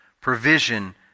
provision